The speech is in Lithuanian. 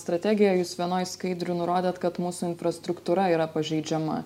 strategiją jūs vienoj skaidrių nurodėt kad mūsų infrastruktūra yra pažeidžiama